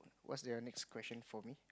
what's the next question for me